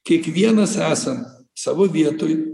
kiekvienas esam savo vietoj